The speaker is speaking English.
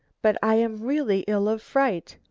but i am really ill of fright.